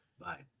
Bye